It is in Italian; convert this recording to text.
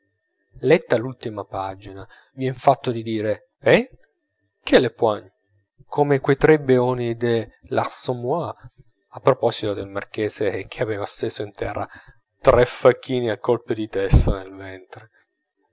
letta l'ultima pagina vien fatto di dire hein quelle poigne come quei tre beoni dell'assommoir a proposito del marchese che aveva steso in terra tre facchini a colpi di testa nel ventre